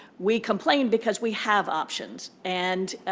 we complain because we have options, and